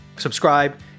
subscribe